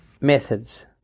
methods